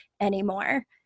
anymore